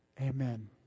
Amen